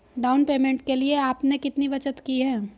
Down payment के लिए आपने कितनी बचत की है?